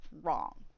wrong